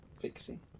Fixing